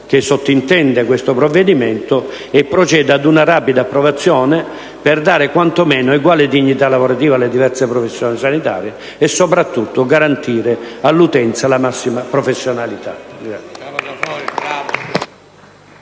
che sottintende questo provvedimento e proceda ad una rapida approvazione, per dare quantomeno eguale dignità lavorativa alle diverse professioni sanitarie e soprattutto garantire all'utenza la massima professionalità.